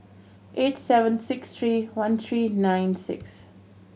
eight seven six three one three nine six